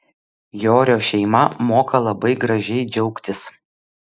jorio šeima moka labai gražiai džiaugtis